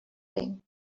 thing